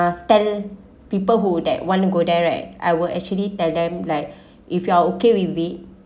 I'll tell people who that one go there right I will actually tell them like if you're okay with it